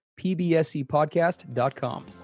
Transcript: pbscpodcast.com